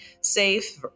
safe